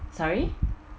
sorry